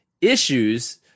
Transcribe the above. issues